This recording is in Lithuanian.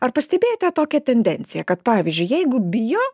ar pastebėjote tokią tendenciją kad pavyzdžiui jeigu bio